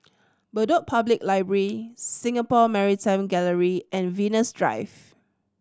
Bedok Public Library Singapore Maritime Gallery and Venus Drive